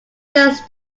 this